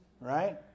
right